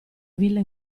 villa